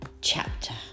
chapter